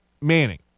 Manning